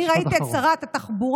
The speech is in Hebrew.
אני ראיתי את שרת התחבורה